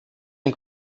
ein